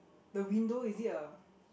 the window is it a